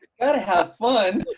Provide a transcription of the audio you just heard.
gotta have fun.